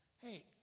Hey